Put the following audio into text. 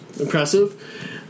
impressive